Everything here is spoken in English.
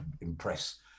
impress